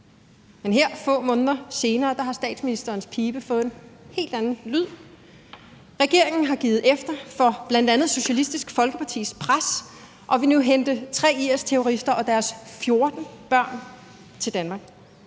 Men her få måneder senere har statsministerens pibe fået en helt anden lyd. Regeringen har givet efter for bl.a. Socialistisk Folkepartis pres og vil nu hente 3 IS-terrorister og deres 14 børn til Danmark.